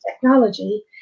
Technology